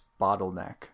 bottleneck